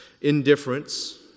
indifference